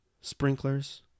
sprinklers